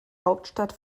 hauptstadt